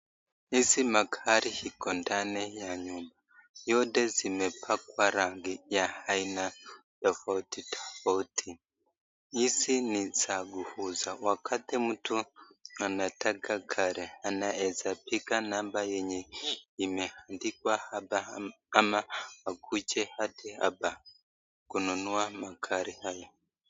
Hizi magari iko ndani ya nyumba, yote zimepakwa rangi ya aina tofauti tofauti. Hizi ni za kuuza, wakati mtu anataka gari anaweza piga namba yenye imeandikwa hapa ama akuje hadi hapa kununua magari haya.